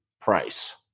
price